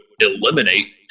eliminate